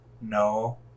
No